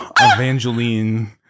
Evangeline